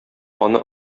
аны